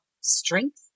strength